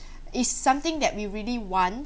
it's something that we really want